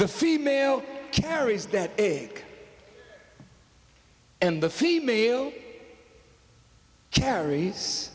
the female carries that egg and the female carries